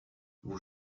vous